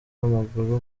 w’amaguru